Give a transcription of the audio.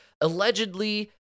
allegedly